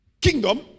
kingdom